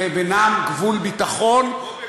לבינם גבול ביטחון, כמו בגוש-קטיף.